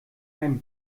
ein